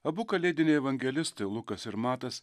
abu kalėdiniai evangelistai lukas ir matas